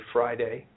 Friday